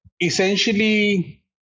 essentially